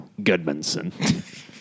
Goodmanson